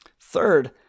Third